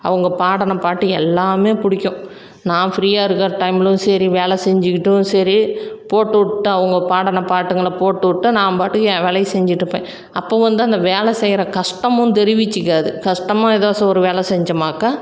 அவங்க பாடின பாட்டு எல்லாமே பிடிக்கும் நான் ஃப்ரீயாக இருக்கிற டைம்லும் சரி வேலை செஞ்சிக்கிட்டும் சரி போட்டுவிட்டு அவங்க பாடின பாட்டுங்களை போட்டுவிட்டு நான் பாட்டுக்கு என் வேலையை செஞ்சிட்டிருப்பேன் அப்போ வந்து அந்த வேலை செய்கிற கஷ்டமும் தெரிவித்துக்காது கஷ்டமா ஏதாச்சும் ஒரு வேலை செஞ்சமாக்க